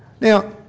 Now